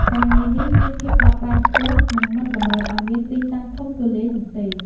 ការងារនេះមានភាពបត់បែនខ្ពស់និងមិនតម្រូវឱ្យមានទីតាំងធំទូលាយនោះទេ។